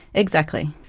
exactly.